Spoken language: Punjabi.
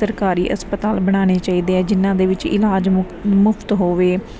ਸਰਕਾਰੀ ਹਸਪਤਾਲ ਬਣਾਉਣੇ ਚਾਹੀਦੀ ਹੈ ਜਿਨਾਂ ਦੇ ਵਿੱਚ ਇਲਾਜ ਮੁਕ ਮੁਫਤ ਹੋਵੇ